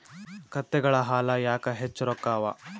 ಕತ್ತೆಗಳ ಹಾಲ ಯಾಕ ಹೆಚ್ಚ ರೊಕ್ಕ ಅವಾ?